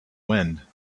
wind